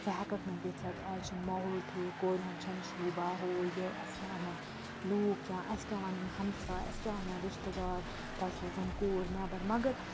ژٕ ہٮ۪کَکھ نہٕ گٔژھِتھ آز چھِنہٕ ماحول ٹھیٖک کورِ ہُنٛد چھَنہٕ شوٗبان ہُہ یہِ اَسہِ کیٛاہ وَنَن لوٗکھ یا اَسہِ کیٛاہ وَنَن ہمساے اَسہِ کیٛاہ وَنَن رِشتہٕ دار تۄہہِ سوٗزوَن کوٗر نیٚبَر مگر